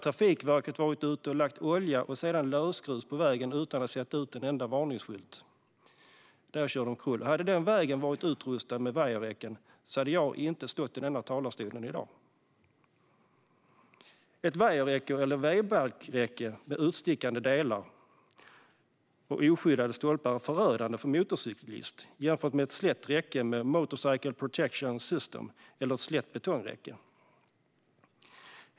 Trafikverket hade varit ute och lagt olja och lösgrus på vägen utan att sätta ut en enda varningsskylt. Om den vägen hade varit utrustad med vajerräcken hade jag inte stått i talarstolen i dag. Ett vajerräcke eller w-balkräcke med utstickande delar och oskyddade stolpar är förödande för en motorcyklist jämfört med ett slätt räcke med Motorcycle Protection System eller ett slätt betongräcke.